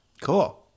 Cool